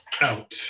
out